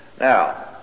Now